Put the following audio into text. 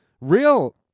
real